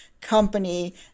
company